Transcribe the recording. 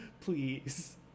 Please